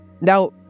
Now